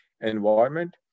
environment